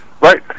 Right